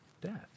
Death